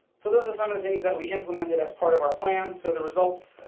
so those are some of the things that we implemented as part of our plan, so the results,